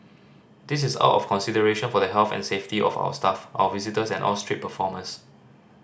this is out of consideration for the health and safety of our staff our visitors and all street performers